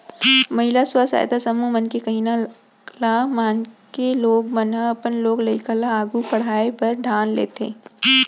महिला स्व सहायता समूह मन के कहिना ल मानके लोगन मन ह अपन लोग लइका ल आघू पढ़ाय बर ठान लेथें